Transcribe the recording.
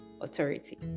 authority